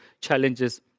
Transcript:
challenges